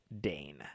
dane